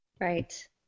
Right